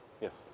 Yes